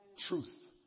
Truth